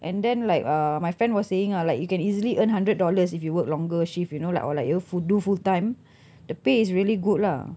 and then like uh my friend was saying ah like you can easily earn hundred dollars if you work longer shift you know like or like you full do full time the pay is really good lah